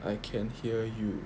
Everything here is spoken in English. I can hear you